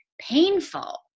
painful